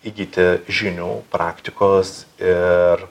įgyti žinių praktikos ir